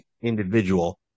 individual